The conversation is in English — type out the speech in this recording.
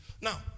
Now